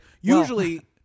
usually